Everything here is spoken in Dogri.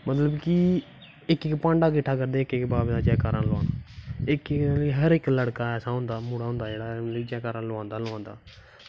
मतलव की इक ते भांडे किट्ठे करदैं बाबे दा जैकारा लाना हर इक लड़का होंदा मुड़ा होंदा जैकारा लोआंदा गै लोआंदा